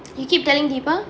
you keep telling deepa